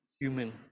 human